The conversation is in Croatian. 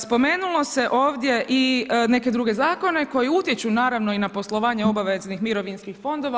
Spomenulo se ovdje i neke druge zakone koji utječe naravno i na poslovanje obaveznih mirovinskih fondova.